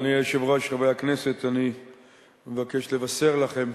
אדוני היושב-ראש, חברי הכנסת, אני מבקש לבשר לכם